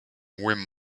hohem